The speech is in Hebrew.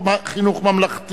מאה אחוז.